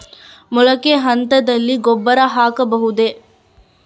ಮೊಳಕೆ ಹಂತದಲ್ಲಿ ಗೊಬ್ಬರ ಹಾಕಬಹುದೇ?